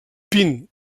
pin